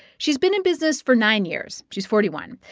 she's been in business for nine years. she's forty one.